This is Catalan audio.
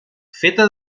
feta